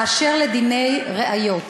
באשר לדיני ראיות.